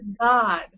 God